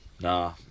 nah